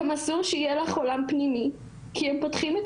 גם אסור שיהיה לך עולם פנימי כי הם פותחים את